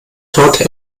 torte